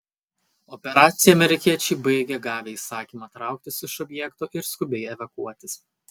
operaciją amerikiečiai baigė gavę įsakymą trauktis iš objekto ir skubiai evakuotis